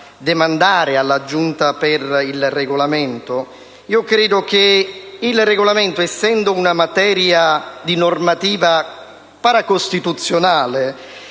demandare alla Giunta per il Regolamento. Io credo che il Regolamento, essendo uno strumento normativo paracostituzionale,